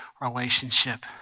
relationship